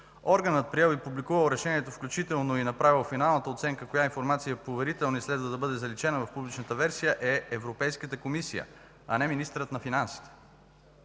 Органът, приел и публикувал решението, включително направил финалната оценка коя информация е поверителна и следва да бъде заличена в публичната версия, е Европейската комисия, а не министърът на финансите.